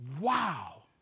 wow